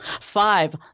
Five